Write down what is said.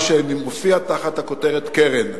מה שמופיע תחת הכותרת "קרן",